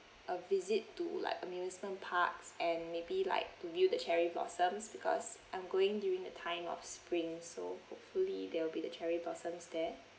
a visit to like amusement parks and maybe like to view the cherry blossoms because I'm going during the time of spring so hopefully there will be the cherry blossoms there